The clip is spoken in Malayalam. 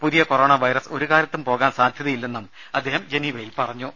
പുതിയ കൊറോണ വൈറസ് ഒരു കാലത്തും പോകാൻ സാധ്യതയില്ലെന്നും അദ്ദേഹം ജനീവയിൽ പറഞ്ഞു